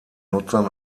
nutzern